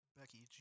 Becky